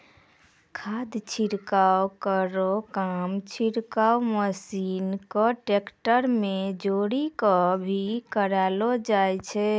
खाद छिड़काव केरो काम छिड़काव मसीन क ट्रेक्टर में जोरी कॅ भी करलो जाय छै